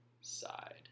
side